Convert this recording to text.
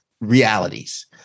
realities